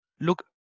Look